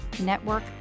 network